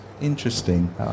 interesting